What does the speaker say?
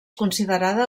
considerada